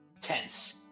tense